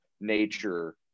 nature